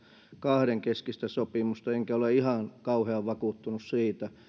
kahdenkeskistä sopimusta enkä ole ihan kauhean vakuuttunut siitä